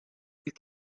you